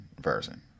version